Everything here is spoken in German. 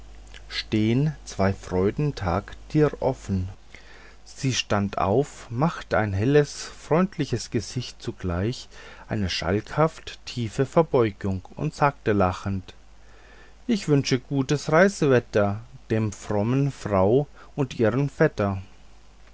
stehn zwei freudentag dir offen sie stand auf machte ein helles freundliches gesicht zugleich eine schalkhafte tiefe verbeugung und sagte lachend ich wünsche gutes reisewetter der frommen frau und ihrem vetter